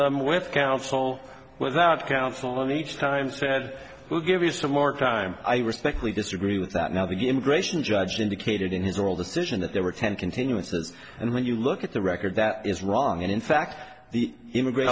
the counsel without counsel and each time said we'll give you some more time i respectfully disagree with that now the immigration judge indicated in his oldest vision that there were ten continuances and when you look at the record that is wrong and in fact the immigrant